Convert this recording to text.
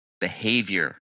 behavior